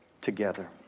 together